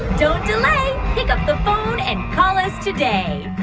don't delay. pick up the phone and call us today.